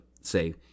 say